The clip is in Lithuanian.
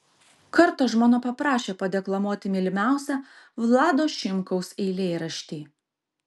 kartą žmona paprašė padeklamuoti mylimiausią vlado šimkaus eilėraštį